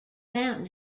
mountain